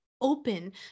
open